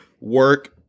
work